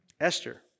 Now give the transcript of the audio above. Esther